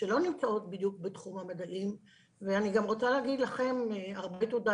שלא נמצאות בדיוק בתחום המדעים ואני גם רוצה להגיד לכם הרבה תודה,